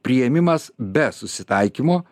priėmimas be susitaikymo